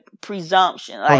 presumption